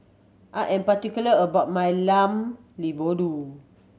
I am particular about my Lamb Vindaloo